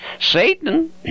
Satan